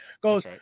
goes